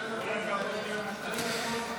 אדוני.